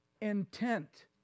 intent